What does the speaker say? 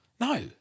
No